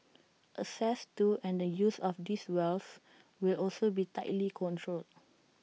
access to and the use of these wells will also be tightly controlled